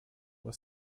was